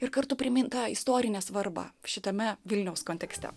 ir kartu primint tą istorinę svarbą šitame vilniaus kontekste